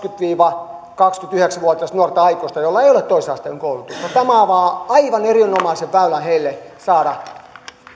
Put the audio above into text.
viiva kaksikymmentäyhdeksän vuotiasta nuorta aikuista joilla ei ole toisen asteen koulutusta tämä avaa aivan erinomaisen väylän heille saada